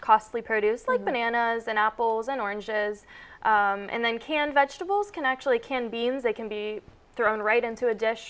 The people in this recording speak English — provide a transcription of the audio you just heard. costly produce like bananas and apples and oranges and then canned vegetables can actually can be and they can be thrown right into a dish